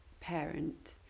parent